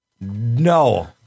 no